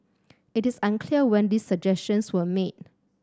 it is unclear when these suggestions were made